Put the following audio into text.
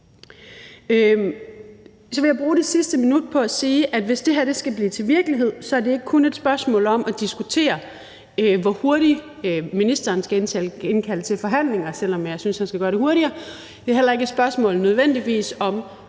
Så vil jeg bruge mit sidste minuts taletid på at sige, at hvis det her skal blive til virkelighed, er det ikke kun et spørgsmål om at diskutere, hvor hurtigt ministeren skal indkalde til forhandlinger, selv om jeg synes, han skal gøre det hurtigere. Det er heller ikke nødvendigvis et